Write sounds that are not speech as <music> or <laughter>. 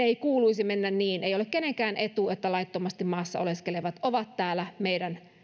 <unintelligible> ei kuuluisi mennä niin ei ole kenenkään etu että laittomasti maassa oleskelevat ovat täällä meidän